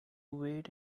wait